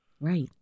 Right